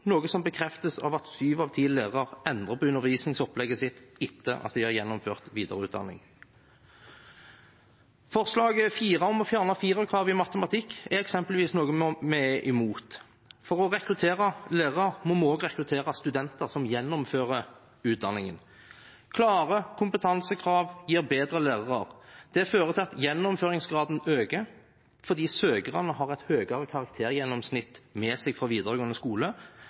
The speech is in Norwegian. noe som bekreftes av at sju av ti lærere endrer på undervisningsopplegget sitt etter at de har gjennomført videreutdanning. Forslag nr. 4, om å fjerne firerkravet i matematikk er eksempelvis noe vi er imot. For å rekruttere lærere må vi også rekruttere studenter som gjennomfører utdanningen. Klare kompetansekrav gir bedre lærere. Det fører til at gjennomføringsgraden øker, fordi søkerne har et høyere karaktergjennomsnitt med seg fra videregående skole